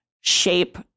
shape